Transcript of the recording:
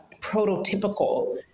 prototypical